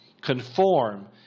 conform